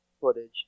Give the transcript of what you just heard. footage